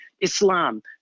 Islam